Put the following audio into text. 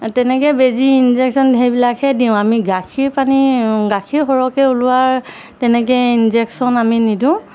তেনেকৈ বেজি ইঞ্জেকশ্য়ন সেইবিলাকহে দিওঁ আমি গাখীৰ পানী গাখীৰ সৰহকৈ ওলোৱাৰ তেনেকৈ ইঞ্জেকশ্যন আমি নিদিওঁ